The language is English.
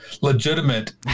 legitimate